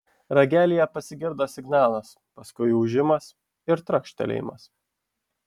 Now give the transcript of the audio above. ragelyje pasigirdo signalas paskui ūžimas ir trakštelėjimas